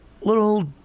little